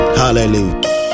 Hallelujah